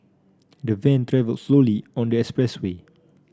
the van travelled slowly on the expressway